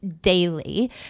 daily